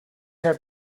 have